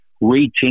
reaching